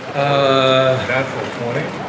ah natural twenty?